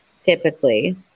typically